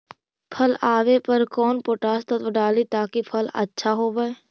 फल आबे पर कौन पोषक तत्ब डाली ताकि फल आछा होबे?